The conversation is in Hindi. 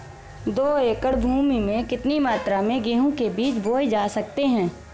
दो एकड़ भूमि में कितनी मात्रा में गेहूँ के बीज बोये जा सकते हैं?